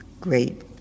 great